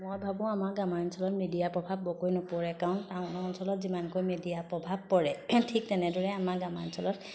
মই ভাবোঁ আমাৰ গ্ৰাম্যাঞ্চলত মিডিয়াৰ প্ৰভাৱ বৰকৈ নপৰে কাৰণ টাউনৰ অঞ্চলত যিমানকৈ মিডিয়াৰ প্ৰভাৱ পৰে ঠিক তেনেদৰে আমাৰ গ্ৰাম্যাঞ্চলত